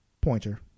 Pointer